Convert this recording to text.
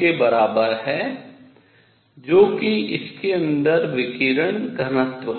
के बराबर है जो कि इसके अंदर विकिरण घनत्व है